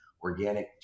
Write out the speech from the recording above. organic